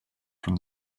from